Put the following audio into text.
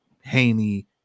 Haney